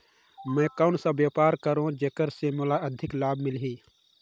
मैं कौन व्यापार करो जेकर से मोला अधिक लाभ मिलही?